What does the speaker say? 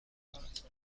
دارد